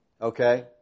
Okay